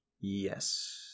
Yes